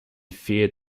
feared